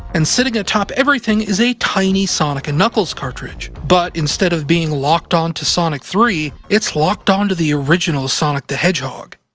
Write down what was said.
and sitting ah top everything is a tiny sonic and knuckles cartridge. but instead of it being locked on to sonic three, it's locked on to the original sonic the hedgehog.